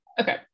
Okay